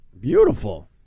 Beautiful